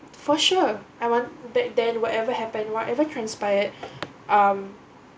for sure I want back then whatever happened whatever transpired um